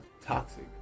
toxic